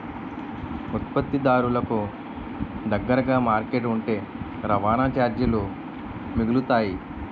ఉత్పత్తిదారులకు దగ్గరగా మార్కెట్ ఉంటే రవాణా చార్జీలు మిగులుతాయి